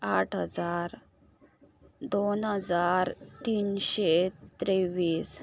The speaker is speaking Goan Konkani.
आठ हजार दोन हजार तिनशें तेवीस